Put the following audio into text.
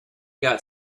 got